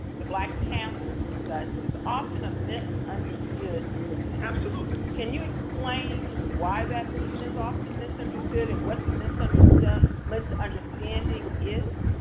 the black panthers and such, is often a misunderstood movement. absolutely. can you explain why that movement is often misunderstood and what the misunderstanding is?